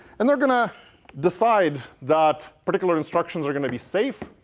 and they're going to decide that particular instructions are going to be safe